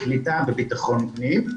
קליטה ובטחון פנים,